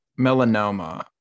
Melanoma